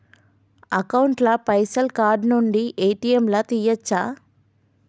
Account ల పైసల్ card నుండి ఏ.టి.ఎమ్ లా తియ్యచ్చా?